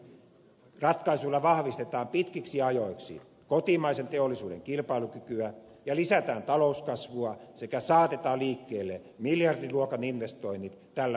kolmanneksi ratkaisuilla vahvistetaan pitkiksi ajoiksi kotimaisen teollisuuden kilpailukykyä ja lisätään talouskasvua sekä saatetaan liikkeelle miljardiluokan investoinnit tällä vuosikymmenellä